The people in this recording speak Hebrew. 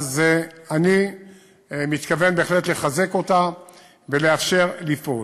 אני מתכוון בהחלט לחזק אותה ולאפשר לפעול.